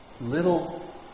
little